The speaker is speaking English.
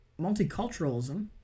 multiculturalism